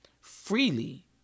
freely